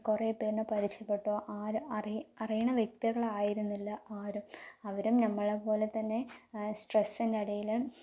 കുറേ പേരെ പരിചയപ്പെട്ടു ആര് അറി അറിയുന്ന വ്യക്തികൾ ആയിരുന്നില്ല ആരും അവരും ഞമ്മളെ പോലെ തന്നെ സ്ട്രെസ്സിൻ്റെ ഇടയിൽ